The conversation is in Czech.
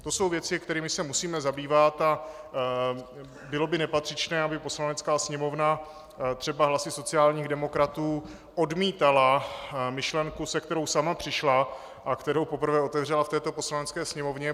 To jsou věci, kterými se musíme zabývat, a bylo by nepatřičné, aby Poslanecká sněmovna třeba hlasy sociálních demokratů odmítala myšlenku, se kterou sama přišla a kterou poprvé otevřela v této Poslanecké sněmovně.